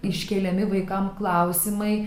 iškeliami vaikam klausimai